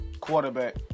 quarterback